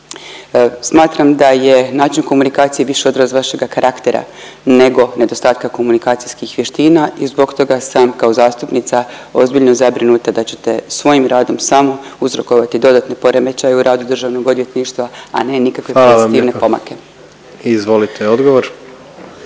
Smatram da je način komunikacije više odraz vašega karaktera nego nedostatka komunikacijskih vještina i zbog toga sam kao zastupnica ozbiljno zabrinuta da ćete svojim radom samo uzrokovati dodatne poremećaje u radu državnog odvjetništva, a ne nikakve …/Upadica predsjednik: Hvala vam lijepa./… pozitivne